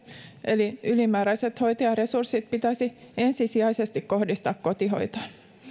eli ylimääräiset hoitajaresurssit pitäisi ensisijaisesti kohdistaa kotihoitoon